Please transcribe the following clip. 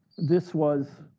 this was,